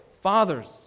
Fathers